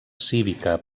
cívica